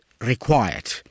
required